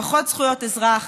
פחות זכויות אזרח,